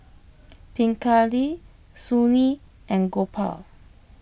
Pingali Sunil and Gopal